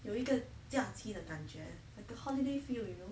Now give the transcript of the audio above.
有一个假期的感觉 like the holiday feel you know